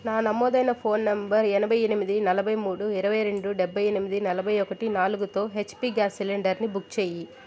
నా నమోదైన phone number ఎనభైఎనిమిది నలభైమూడు ఇరవైరెండు డెభై ఎనిమిది నలభైఒకటి నాలుగుతో హెచ్పి గ్యాస్ సిలిండర్ని బుక్ చేయి